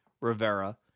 Rivera